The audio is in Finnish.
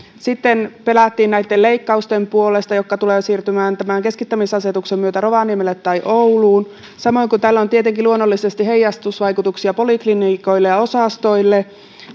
sitten pelättiin leikkausten puolesta jotka tulevat siirtymään tämän keskittämisasetuksen myötä rovaniemelle tai ouluun samoin tällä on tietenkin luonnollisesti heijastusvaikutuksia poliklinikoille ja osastoille